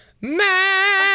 Man